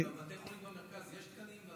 בבתי חולים במרכז יש תקנים?